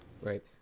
Right